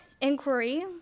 inquiry